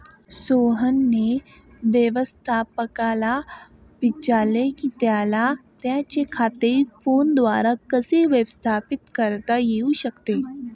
सोहनने व्यवस्थापकाला विचारले की त्याला त्याचे खाते फोनद्वारे कसे व्यवस्थापित करता येऊ शकते